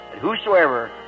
Whosoever